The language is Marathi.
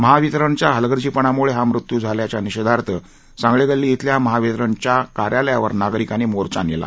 महावितरणाच्या हलगर्जीपणामुळे हा मृत्यू झाल्याच्या निषेधार्थ सांगळे गल्ली येथील महावितरणच्या कार्यालयावर नागरिकांनी मोर्चा नेला